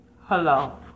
hello